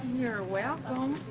you're welcome.